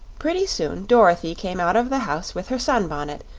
pretty soon dorothy came out of the house with her sunbonnet,